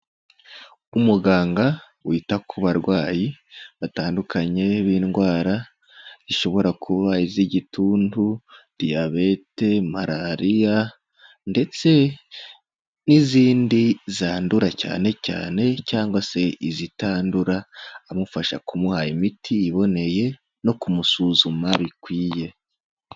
Umuganga wita ku barwayi batandukanye b'indwara zishobora kuba iz'igituntu, diyabete, malariya ndetse n'izindi zandura cyane cyane cyangwa se izitandura, amufasha kumuha imiti iboneye no kumusuzuma bikwiye.